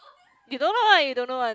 you don't know [one] you don't know [one]